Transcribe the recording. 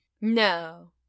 No